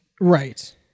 Right